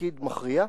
תפקיד מכריע.